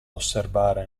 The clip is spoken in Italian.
osservare